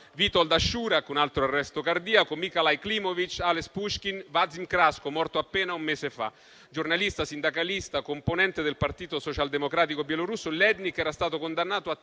Vitold Ashurak (un altro arresto cardiaco), Mikalai Klimovich, Ales Pushkin, Vadzim Khrasko (morto appena un mese fa). Giornalista, sindacalista, componente del partito socialdemocratico bielorusso, Lednik era stato condannato a